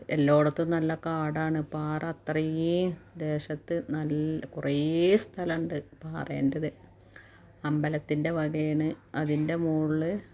എല്ലായിടത്തും നല്ല കാടാണ് പാറ അത്രയും ദേശത്ത് കുറേ സ്ഥലം ഉണ്ട് പാറേൻറ്റത് അമ്പലത്തിൻ്റെ വകയാണ് അതിൻ്റെ മോളിൽ